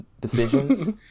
decisions